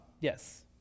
Yes